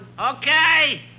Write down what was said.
Okay